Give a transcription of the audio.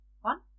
one